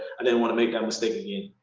i didn't wanna make that mistake again.